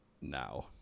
now